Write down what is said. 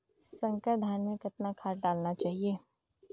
संकर धान मे कतना खाद डालना चाही?